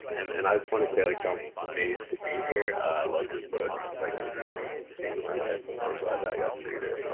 and and i just want to say like i'm amazed to be here. i loved your book. it's like literally changed my life and so glad that i got to read it.